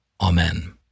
Amen